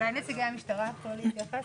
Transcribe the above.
אולי נציגי המשטרה יוכלו להתייחס?